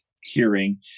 hearing